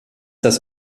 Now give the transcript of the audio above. das